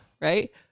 right